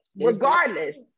Regardless